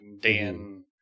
Dan